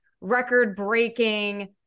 record-breaking